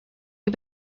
you